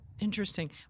Interesting